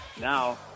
Now